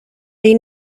they